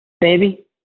baby